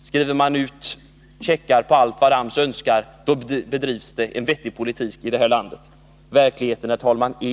Skriver man ut checkar på allt vad AMS önskar, så bedrivs en vettig politik i det här landet.